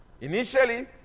Initially